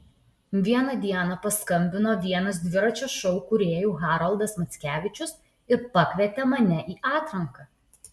vieną dieną paskambino vienas dviračio šou kūrėjų haroldas mackevičius ir pakvietė mane į atranką